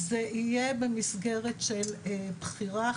זה יהיה במסגרת של בחירה.